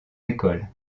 écoles